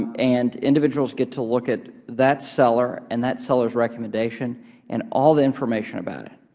and and individuals get to look at that seller and that seller's recommendation and all the information about it.